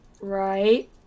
Right